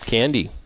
Candy